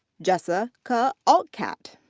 jessica outcalt.